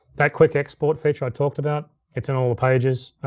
that quick export feature i talked about, it's in all the pages,